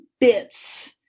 bits